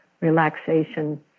relaxation